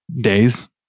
days